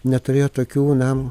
neturėjo tokių na